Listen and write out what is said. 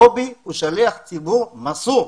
קובי הוא שליח ציבור מסור.